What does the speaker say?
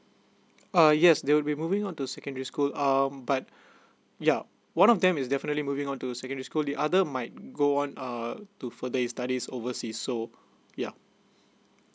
uh yes they will be moving on to secondary school um but yup one of them is definitely moving on to secondary school the other might go on uh to further his studies oversea so yeah